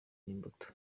n’imbuto